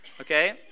Okay